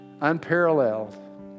Unparalleled